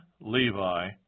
Levi